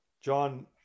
John